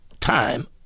time